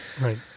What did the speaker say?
right